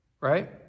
Right